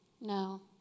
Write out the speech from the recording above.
No